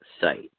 site